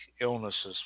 illnesses